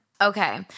okay